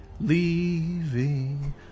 leaving